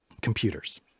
Computers